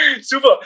Super